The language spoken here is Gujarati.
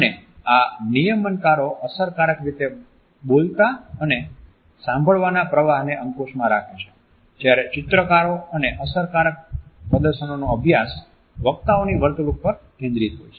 અને આ નિયમનકારો અસરકારક રીતે બોલતા અને સાંભળવાના પ્રવાહને અંકુશમાં રાખે છે જ્યારે ચિત્રકારો અને અસરકારક પ્રદર્શનનો અભ્યાસ વક્તાઓની વર્તણૂક પર કેન્દ્રિત હોય છે